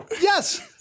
Yes